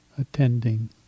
attending